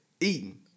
eating